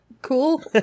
cool